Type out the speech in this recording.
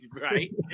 Right